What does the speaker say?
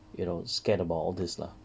you know scared about all this lah